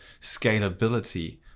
scalability